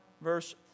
verse